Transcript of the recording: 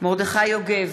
מרדכי יוגב,